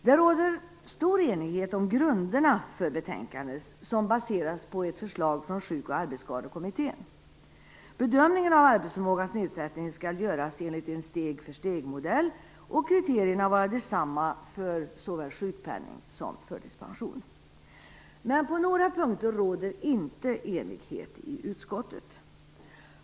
Det råder stor enighet om grunderna för betänkandet, som baseras på ett förslag från Sjuk och arbetsskadekommittén. Bedömningen av arbetsförmågans nedsättning skall göras enligt en steg-för-steg-modell och kriterierna vara de samma för såväl sjukpenning som förtidspension. Men på några punkter råder inte enighet i utskottet.